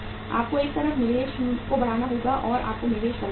आपको एक तरफ निवेश को बढ़ाना होगा या आपको निवेश करना होगा